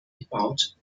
gebaut